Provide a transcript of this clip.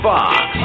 Fox